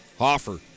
Hoffer